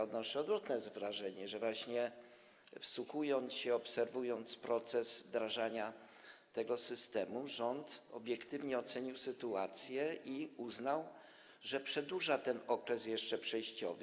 Odnoszę odwrotne wrażenie: właśnie wsłuchując się, obserwując proces wdrażania tego systemu, rząd obiektywnie ocenił sytuację i uznał, że przedłuża ten okres przejściowy.